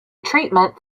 treatment